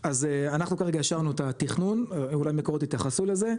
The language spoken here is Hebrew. אנחנו אישרנו את התכנון, אולי מקורות יתייחסו לזה,